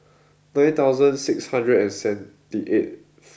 nine thousand six hundred and seventy eighth